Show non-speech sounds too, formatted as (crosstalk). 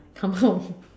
come home (breath)